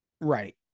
right